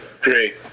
great